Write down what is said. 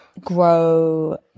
grow